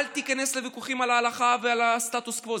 אל תיכנס לוויכוחים על ההלכה ועל סטטוס קוו.